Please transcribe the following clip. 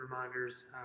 reminders